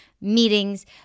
meetings